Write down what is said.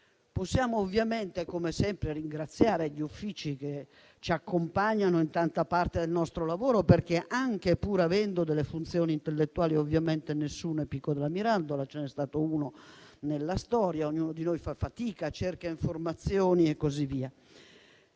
Possiamo, come sempre, ringraziare gli uffici che ci accompagnano in tanta parte del nostro lavoro, perché, pur avendo funzioni intellettuali, ovviamente nessuno di noi è Pico della Mirandola. Ce n'è stato uno nella storia; ognuno di noi fa fatica, cerca informazioni e così via.